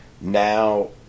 now